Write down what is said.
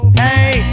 hey